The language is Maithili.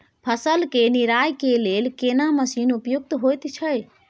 फसल के निराई के लेल केना मसीन उपयुक्त होयत छै?